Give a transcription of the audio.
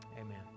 Amen